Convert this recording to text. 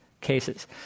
cases